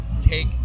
take